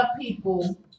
people